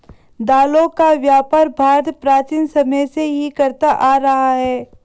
दालों का व्यापार भारत प्राचीन समय से ही करता आ रहा है